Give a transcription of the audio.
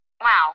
Wow